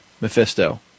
Mephisto